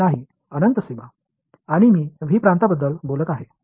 நான் பகுதி V பற்றி பேசுகிறேன்